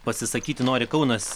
pasisakyti nori kaunas